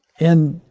in